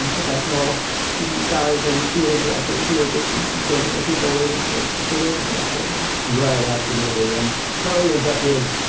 and professional tv stars and theater directors who are just regular people waiting to hear their divorce court heard right. absolutely. and charlie ends up with,